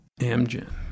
Amgen